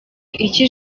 icyo